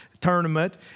Tournament